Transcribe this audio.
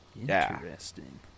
Interesting